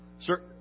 Sir